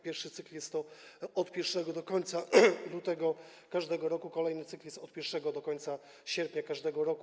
Pierwszy cykl jest od pierwszego do końca lutego każdego roku, kolejny cykl jest od pierwszego do końca sierpnia każdego roku.